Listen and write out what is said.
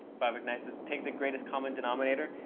bhavik knights says, take the greatest common denominator?